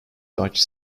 dutch